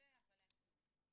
אין כלום.